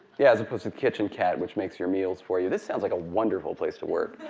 yeah, as opposed to the kitchen cat which makes your meals for you. this sounds like a wonderful place to work.